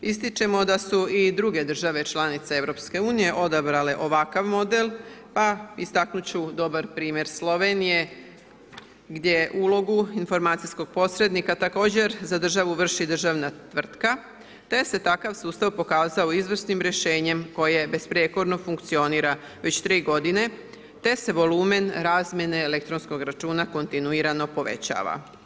Ističemo da su i druge države članice EU-a odabrale ovakav model pa istaknut ću dobar primjer Slovenije gdje ulogu informacijskog posrednika također za državu vrši državna tvrtka te se takav sustav pokazao izvrsnim rješenjem koje besprijekorno funkcionira već 3 godine te se volumen razmjene elektronskog računa kontinuirano povećava.